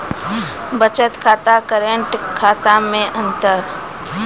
बचत खाता करेंट खाता मे अंतर?